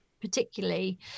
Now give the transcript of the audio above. particularly